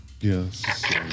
Yes